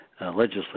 legislative